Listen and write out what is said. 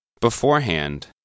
Beforehand